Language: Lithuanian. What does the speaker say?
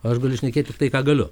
aš galiu šnekėti tik tai ką galiu